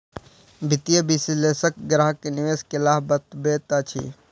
वित्तीय विशेलषक ग्राहक के निवेश के लाभ बतबैत अछि